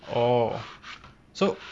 oh so